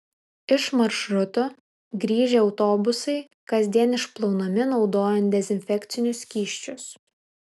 iš maršrutų grįžę autobusai kasdien išplaunami naudojant dezinfekcinius skysčius